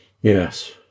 Yes